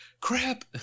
crap